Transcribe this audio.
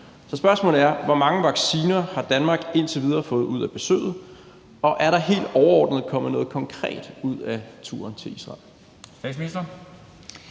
Så spørgsmålet er: Hvor mange vacciner har Danmark indtil videre fået ud af besøget, og er der helt overordnet kommet noget konkret ud af turen til Israel?